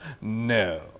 No